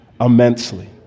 immensely